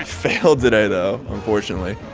failed today though, unfortunately.